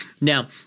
Now